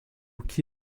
que